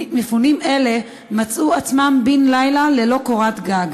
מפונים אלה מצאו עצמם בן-לילה ללא קורת גג.